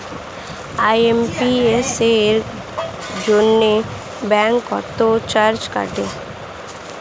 IMPS এর জন্য bank কত চার্জ কাটে?